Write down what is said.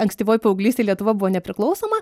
ankstyvoj paauglystėj lietuva buvo nepriklausoma